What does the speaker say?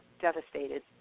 devastated